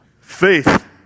Faith